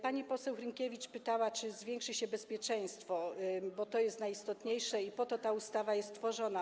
Pani poseł Hrynkiewicz pytała, czy zwiększy się bezpieczeństwo, bo to jest najistotniejsze i po to ta ustawa jest tworzona.